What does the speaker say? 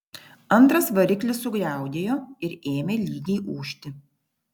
antras variklis sugriaudėjo ir ėmė lygiai ūžti